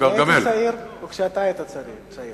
כשאני הייתי צעיר או כשאתה היית צעיר?